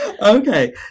Okay